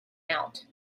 out